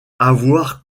avoir